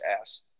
ass